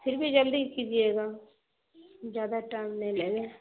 پھر بھی جلدی کیجیے گا زیادہ ٹائم نہیں لگے